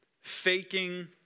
faking